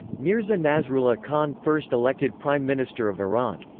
mirza nasrullah khan first elected prime minister of iran.